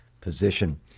position